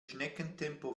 schneckentempo